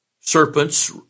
serpents